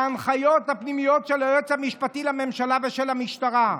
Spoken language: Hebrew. הנחיות פנימיות של היועץ המשפטי לממשלה ושל המשטרה.